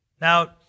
Now